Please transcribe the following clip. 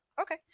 Okay